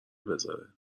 بزاره